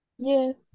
Yes